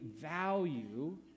value